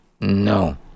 No